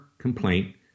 complaint